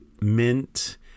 mint